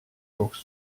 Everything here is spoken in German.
box